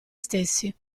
stessi